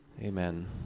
Amen